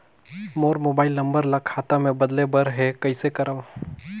मोर mobile number ल खाता मे बदले बर हे कइसे करव?